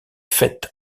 faite